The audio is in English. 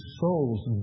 soul's